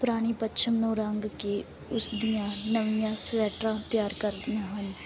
ਪੁਰਾਣੀ ਪੱਛਮ ਨੂੰ ਰੰਗ ਕੇ ਉਸ ਦੀਆਂ ਨਵੀਆਂ ਸਵੈਟਰਾਂ ਤਿਆਰ ਕਰਦੀਆਂ ਹਨ